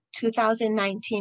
2019